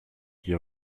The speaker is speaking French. qui